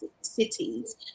cities